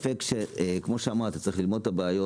כמו שאמרתי, צריך ללמוד את הבעיות.